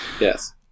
Yes